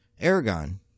Aragon